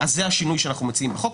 זה השינוי שאנחנו מציעים בחוק.